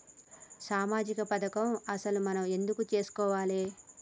సామాజిక పథకం అసలు మనం ఎందుకు చేస్కోవాలే?